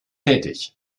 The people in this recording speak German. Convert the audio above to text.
tätig